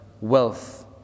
wealth